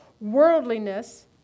Worldliness